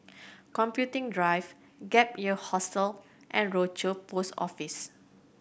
Computing Drive Gap Year Hostel and Rochor Post Office